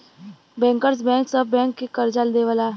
bankers bank सब bank के करजा देवला